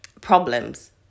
problems